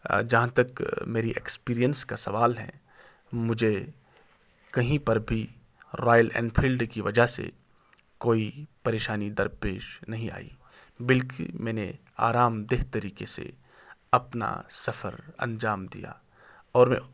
جہاں تک میری اکسپرئینس کا سوال ہے مجھے کہیں پر بھی رائل اینفیلڈ کی وجہ سے کوئی پریشانی درپیش نہیں آئی بلکہ میں نے آرامدہ طریقے سے اپنا سفر انجام دیا اور